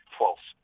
false